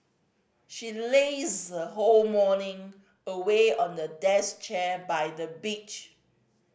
she lazed whole morning away on a deck chair by the beach